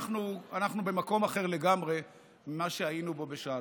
אנחנו במקום אחר לגמרי ממה שהיינו בו בשעתו.